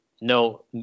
no